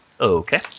Okay